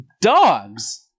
Dogs